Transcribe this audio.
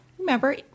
remember